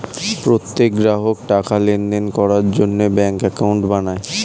প্রত্যেক গ্রাহক টাকার লেনদেন করার জন্য ব্যাঙ্কে অ্যাকাউন্ট বানায়